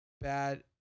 Bad